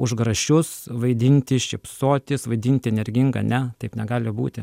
už grašius vaidinti šypsotis vaidinti energingą ne taip negali būti